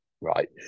right